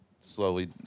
slowly